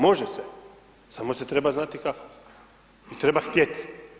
Može se, samo se treba znati kako i treba htjeti.